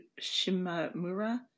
Shimamura